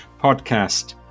podcast